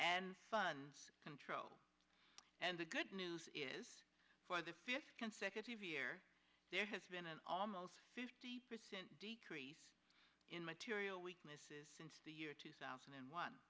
and funds control and the good news is for the fifth consecutive year there has been an almost fifty percent decrease in material weaknesses since the year two thousand and one